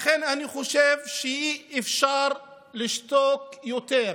לכן אני חושב שאי-אפשר לשתוק יותר,